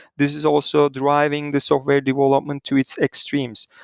this is also driving the software development to its extremes.